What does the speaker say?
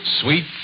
Sweet